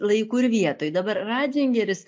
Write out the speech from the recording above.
laiku ir vietoj dabar ratzingeris